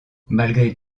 malgré